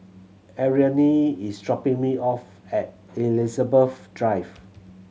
Ariane is dropping me off at Elizabeth Drive